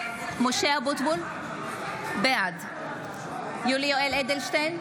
אבוטבול, בעד יולי יואל אדלשטיין,